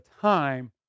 time